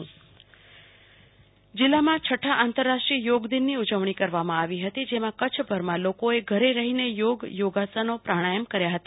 કલ્પના શાહ યોગ દિવસની ઉજવણી કચ્છમાં છઠ્ઠા આંતરરાષ્ટ્રીય યોગ દિનની ઉજવણી કરવામાં આવી હતી જેમાં કચ્છભરમાં લોકોએ ઘરે રહીને યોગ યોગાસનો પ્રાણાયમો કર્યા હતા